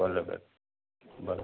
बराबरि बर